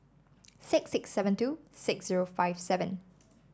six six seven two six zero five seven